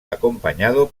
acompañado